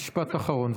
משפט אחרון,